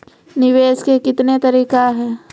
निवेश के कितने तरीका हैं?